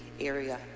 area